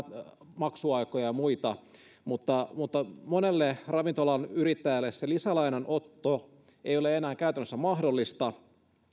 maksuaikoja ja muita mutta mutta monelle ravintola alan yrittäjille se lisälainan otto ei ole enää käytännössä mahdollista